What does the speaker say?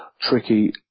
tricky